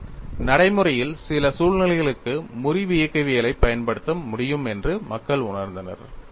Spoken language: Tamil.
எனவே நடைமுறையில் சில சூழ்நிலைகளுக்கு முறிவு இயக்கவியலைப் பயன்படுத்த முடியும் என்று மக்கள் உணர்ந்தனர்